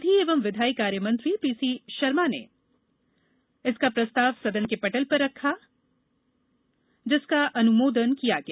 विधि एवं विधायी कार्यमंत्री पीसी शर्मा ने इसका प्रस्ताव सदन के पटल पर रखा जिसको अनुमोदन किया गया